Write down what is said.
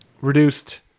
reduced